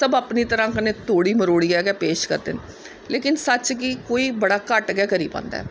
सब अपनी तरहां तरोड़ी मरोड़ियै गै पेश करदे न लेकिन सच गी कोई कबर घट्ट गै करी पांदा ऐ